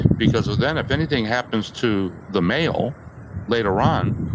because so then, if anything happens to the male later on,